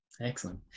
Excellent